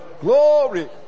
Glory